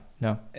No